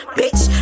bitch